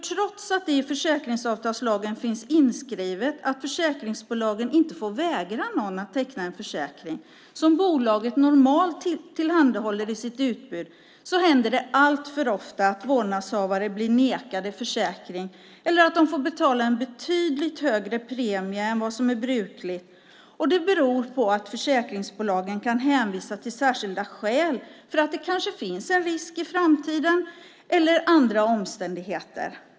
Trots att det i försäkringsavtalslagen finns inskrivet att försäkringsbolagen inte får vägra någon att teckna en försäkring som bolaget normalt tillhandahåller i sitt utbud händer det alltför ofta att vårdnadshavare blir nekade försäkring eller får betala en betydligt högre premie än vad som är brukligt. Det beror på att försäkringsbolagen kan hänvisa till särskilda skäl för att det kanske finns en risk i framtiden eller andra omständigheter.